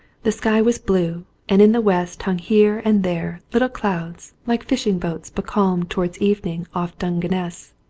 the sky was blue and in the west hung here and there little clouds like fishing boats becalmed to wards evening off dungeness.